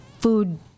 food